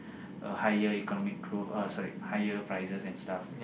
higher economical crew oh sorry higher prices and stuff